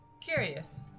Curious